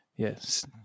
Yes